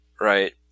right